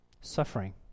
Suffering